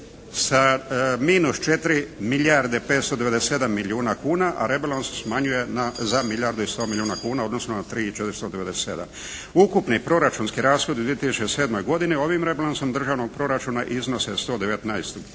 sa minus 4 milijarde 597 milijuna kuna a rebalans smanjuje za milijardu i 100 milijuna kuna odnosno na 3 i 497. Ukupni proračunski rashodi u 2007. godini ovim rebalansom državnog proračuna iznose 111 ili